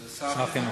של שר החינוך.